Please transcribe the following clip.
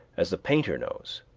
as the painter knows,